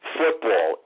football